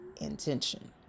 intention